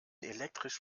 elektrisch